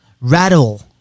Rattle